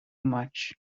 much